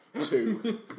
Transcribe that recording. two